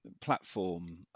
platform